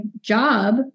job